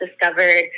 discovered